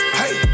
hey